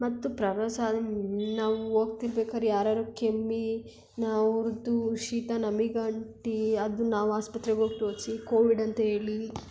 ಮತ್ತು ಪ್ರವಾಸ ಅಲ್ಲಿ ನಾವು ಹೋಗ್ತಿರ್ಬೇಕಾರ್ ಯಾರಾದ್ರು ಕೆಮ್ಮಿ ನಾವು ಅವ್ರದ್ದು ಶೀತ ನಮಿಗೆ ಅಂಟಿ ಅದು ನಾವು ಆಸ್ಪತ್ರೆಗೆ ಹೋಗ್ ತೋರಿಸಿ ಕೋವಿಡ್ ಅಂತ್ಹೇಳಿ